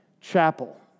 chapel